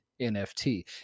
nft